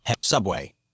Subway